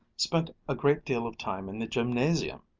spent a great deal of time in the gymnasium.